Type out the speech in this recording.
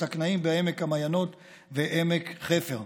שקנאים בעמק המעיינות ועמק חפר.